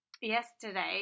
yesterday